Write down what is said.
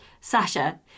Sasha